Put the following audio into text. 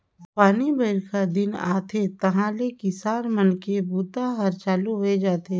पानी बाईरखा दिन आथे तहाँले किसान मन के बूता हर चालू होए जाथे